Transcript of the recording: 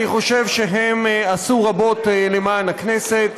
אני חושב שהם עשו רבות למען הכנסת.